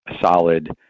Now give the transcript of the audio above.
solid